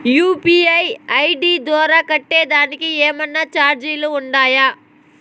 UPI ID ద్వారా కట్టేదానికి ఏమన్నా చార్జీలు ఉండాయా?